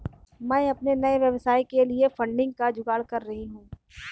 मैं अपने नए व्यवसाय के लिए फंडिंग का जुगाड़ कर रही हूं